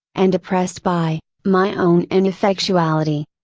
and depressed by, my own ineffectuality.